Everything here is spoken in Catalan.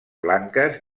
blanques